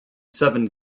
seven